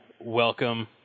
welcome